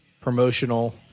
promotional